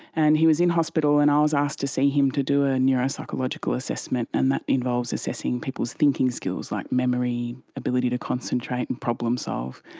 and he was in hospital and i was asked to see him to do a neuropsychological assessment, and that involves assessing people's thinking skills, like memory, ability to concentrate and problem-solve.